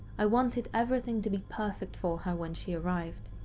i wanted everything to be perfect for her when she arrived.